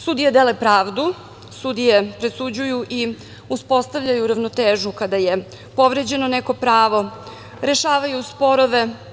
Sudije dele pravdu, sudije presuđuju i uspostavljaju ravnotežu kada je povređeno neko pravo, rešavaju sporove.